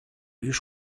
już